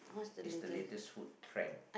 is the latest food trend